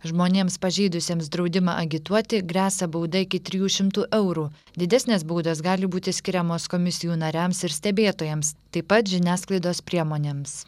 žmonėms pažeidusiems draudimą agituoti gresia bauda iki trijų šimtų eurų didesnės baudos gali būti skiriamos komisijų nariams ir stebėtojams taip pat žiniasklaidos priemonėms